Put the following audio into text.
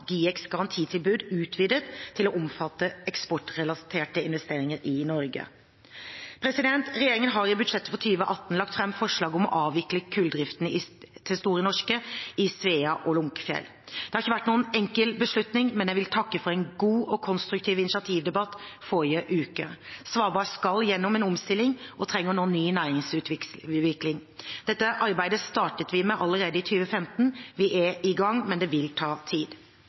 GIEKs garantitilbud utvidet til å omfatte eksportrelaterte investeringer i Norge. Regjeringen har i budsjettet for 2018 lagt fram forslag om å avvikle kulldriften til Store Norske i Svea og Lunckefjell. Dette har ikke vært noen enkelt beslutning, men jeg vil takke for en god og konstruktiv initiativdebatt for et par uker siden. Svalbard skal gjennom en omstilling og trenger nå ny næringsutvikling. Dette arbeidet startet vi med allerede i 2015. Vi er i gang, men det vil ta tid.